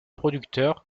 producteurs